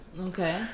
Okay